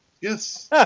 Yes